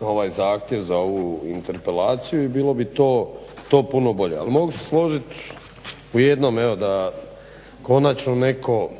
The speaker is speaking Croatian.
ovaj zahtjev na ovu interpelaciju i bilo bi to puno bolje. Ali mogu se složiti u jednom da konačno netko